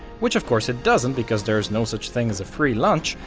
which of course it doesn't because there's no such thing as a free lunch,